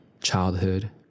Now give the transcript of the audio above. childhood